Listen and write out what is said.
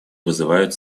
вызывают